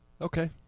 Okay